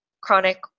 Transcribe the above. chronic